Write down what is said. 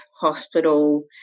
Hospital